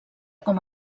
com